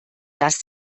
dass